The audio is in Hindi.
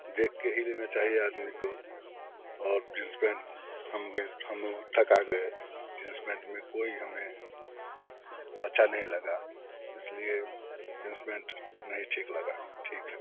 देख के ही लेना चाहिए आदमी को और जींस पेंट हम हम ठगा गए जींस पेंट कोई हमें अच्छा नहीं लगा इस लिए जींस पेंट नहीं ठीक लगा ठीक है